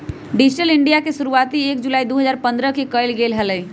digital India के शुरुआती एक जुलाई दु हजार पन्द्रह के कइल गैले हलय